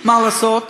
מה לעשות,